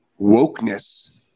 wokeness